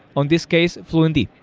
on this case, fluentd.